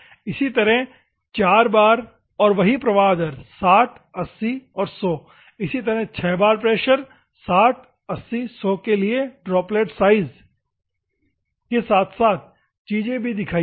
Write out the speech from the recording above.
इसी तरह 4 बार और वही प्रवाह दर 60 80 100 इसी तरह 6 बार प्रेशर के लिए 60 80 100 के लिए ड्रॉपलेट साइज के साथ साथ और चीज़े भी दिखाई है